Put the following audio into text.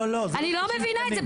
אני לא מבינה את זה,